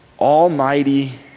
almighty